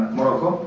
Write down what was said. Morocco